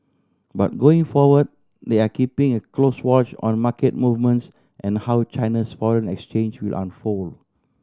but going forward they are keeping a close watch on market movements and how China's foreign exchange will unfold